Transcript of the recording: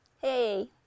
Hey